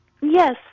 Yes